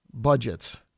budgets